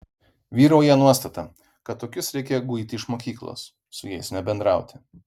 vyrauja nuostata kad tokius reikia guiti iš mokyklos su jais nebendrauti